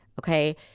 Okay